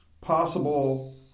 possible